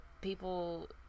people